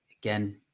Again